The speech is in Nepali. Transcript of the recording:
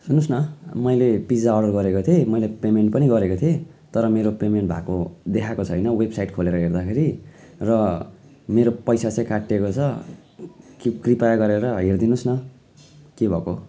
सुन्नुहोस् न मैले पिज्जा अर्डर गरेको थिएँ मैले पेमेन्ट पनि गरेको थिएँ तर मेरो पेमेन्ट भएको देखाएको छैन वेबसाइट खोलेर हेर्दाखेरि र मेरो पैसा चाहिँ काटिएको छ कृ कृपया गरेर हेरिदिनु होस् न के भएको हो